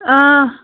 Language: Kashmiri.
آ